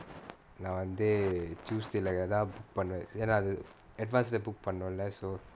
நா வந்து:naa vanthu tuesday leh தான் பண்ணுவே ஏன்னா அது:thaan pannuvae yaennaa athu advance leh book பண்னோல:pannola so